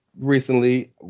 Recently